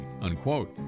Unquote